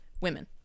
women